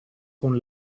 con